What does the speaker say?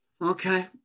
Okay